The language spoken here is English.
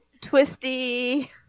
twisty